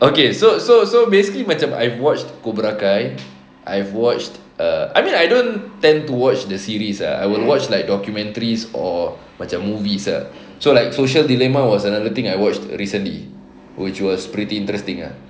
okay so so so basically macam I've watched cobra kai I've watched err I mean I don't tend to watch the series ah I would watch like documentaries or macam movies ah so like social dilemma was another thing I watched recently which was pretty interesting ah